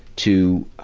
to, ah,